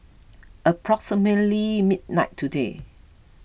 approximately midnight today